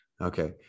Okay